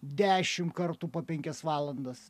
dešim kartų po penkias valandas